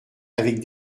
avec